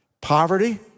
Poverty